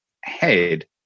head